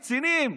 קצינים,